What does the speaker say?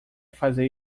fazer